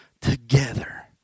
together